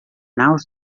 naus